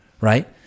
right